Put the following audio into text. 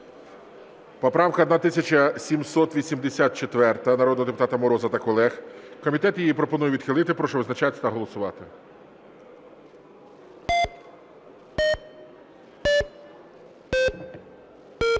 Поправка 1784 народного депутата Мороза та колег, комітет її пропонує відхилити. Прошу визначатися та голосувати.